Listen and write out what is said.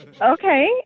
Okay